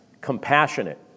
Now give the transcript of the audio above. compassionate